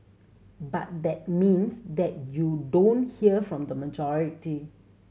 but that means that you don't hear from the majority